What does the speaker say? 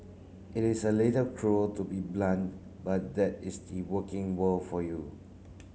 it is a little cruel to be blunt but that is the working world for you